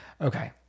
okay